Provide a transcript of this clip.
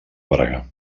praga